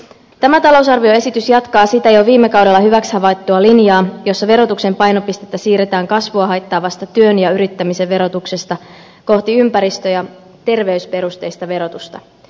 tämä talousarvioesitys jatkaa sitä jo viime kaudella hyväksi havaittua linjaa jossa verotuksen painopistettä siirretään kasvua haittaavasta työn ja yrittämisen verotuksesta kohti ympäristö ja terveysperusteista verotusta